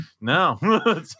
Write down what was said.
no